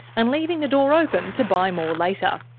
and leaving the door open to buy more later.